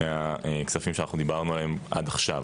מהכספים שדיברנו עליהם עד עכשיו,